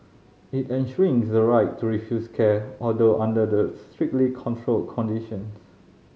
it enshrines the right to refuse care although under the strictly controlled conditions